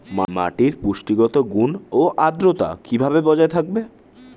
মাটির পুষ্টিগত গুণ ও আদ্রতা কিভাবে বজায় থাকবে?